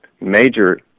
major